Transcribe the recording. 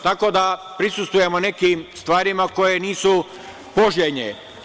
Tako da prisustvujemo nekim stvarima koje nisu poželjne.